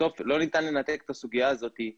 בסוף לא ניתן לנתק את הסוגיה הזאת כי